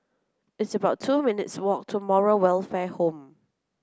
it's about two minutes walk to Moral Welfare Home